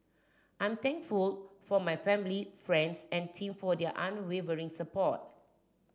I'm thankful for my family friends and team for their unwavering support